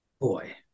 Boy